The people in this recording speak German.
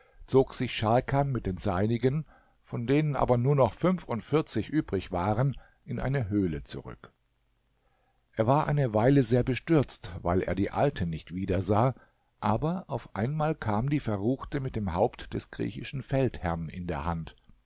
zog sich scharkan mit den seinigen von denen aber nur noch fünfundvierzig übrig waren in eine höhle zurück er war eine weile sehr bestürzt weil er die alte nicht wiedersah aber auf einmal kam die verruchte mit dem haupt des griechischen feldherrn in der hand